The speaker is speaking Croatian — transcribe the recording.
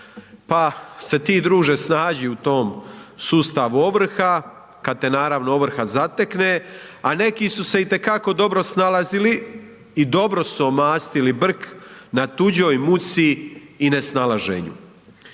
pa se ti druže snađi u tom sustavu ovrhu kad te naravno ovrha zatekne, a neki su se i te kao dobro snalazili i dobro su omastili brk na tuđoj muci i nesnalaženju.